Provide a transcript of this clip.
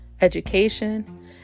education